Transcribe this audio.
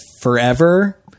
forever